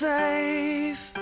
safe